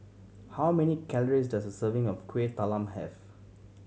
how many calories does a serving of Kueh Talam have